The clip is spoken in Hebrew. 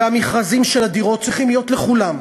והמכרזים של הדירות צריכים להיות לכולם,